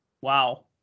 Wow